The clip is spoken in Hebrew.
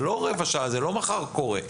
זה לא רבע שעה, זה לא מחר קורה.